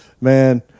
man